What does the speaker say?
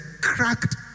cracked